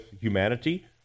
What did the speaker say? humanity